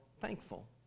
thankful